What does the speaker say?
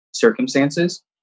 circumstances